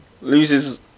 loses